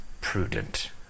prudent